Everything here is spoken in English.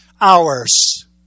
hours